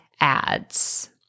ads